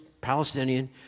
Palestinian